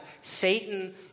Satan